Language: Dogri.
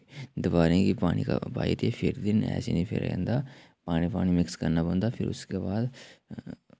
दीवारें गी पानी व्हाइट ई फेरदे न ऐसे निं फेरेआ जंदा पानी पानी मिक्स करने पौंदा फ्ही उसदे बाद